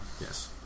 Yes